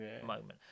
moment